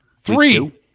Three